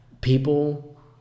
people